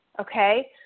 Okay